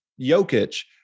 Jokic